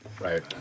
right